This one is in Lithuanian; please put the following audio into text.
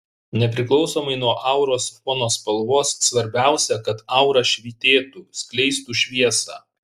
nepriklausomai nuo auros fono spalvos svarbiausia kad aura švytėtų skleistų šviesą